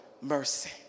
mercy